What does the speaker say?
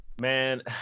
Man